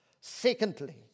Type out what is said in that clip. Secondly